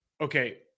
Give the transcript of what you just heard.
okay